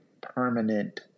permanent